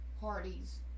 parties